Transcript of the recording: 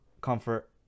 comfort